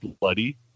bloody